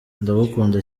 ndagukunda